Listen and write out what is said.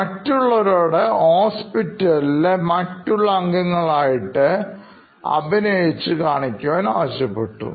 മറ്റുള്ളവരോട്ഡ്ഹോസ്പിറ്റലിലെ മറ്റുള്ള അംഗങ്ങൾ ആയിട്ട് അഭിനയിച്ചു കാണിക്കുവാൻ ആവശ്യപ്പെട്ടു